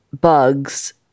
bugs